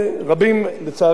מתושבי מדינת ישראל,